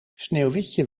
sneeuwwitje